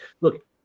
look